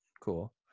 Cool